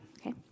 okay